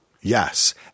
Yes